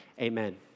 Amen